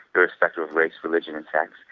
irrespective of race, religion and sex.